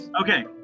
Okay